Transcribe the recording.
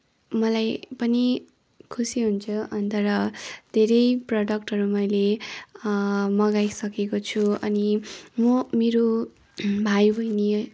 मलाई पनि खुसी हुन्छ अन्त र धेरै प्रडक्टहरू मैले मँगाइसकेको छु अनि म मेरो भाइ बहिनी